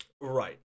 Right